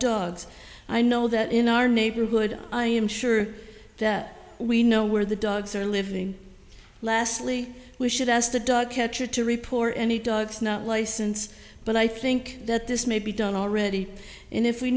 dogs i know that in our neighborhood i am sure that we know where the dogs are living lastly we should ask the dog catcher to report any dogs not license but i think that this may be done already and if we